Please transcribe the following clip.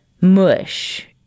mush